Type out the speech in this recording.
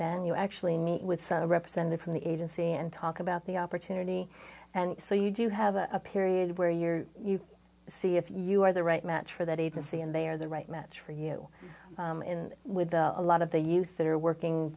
then you actually meet with some representative from the agency and talk about the opportunity and so you do have a period where your you see if you are the right match for that agency and they are the right match for you in with a lot of the youth that are working